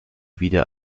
wieder